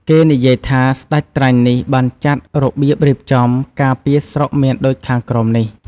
គេនិយាយថា ស្តេចក្រាញ់នេះ បានចាត់របៀបរៀបចំ ការពារស្រុកមានដូចខាងក្រោមនេះ។